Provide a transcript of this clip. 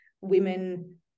women